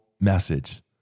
message